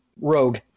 rogue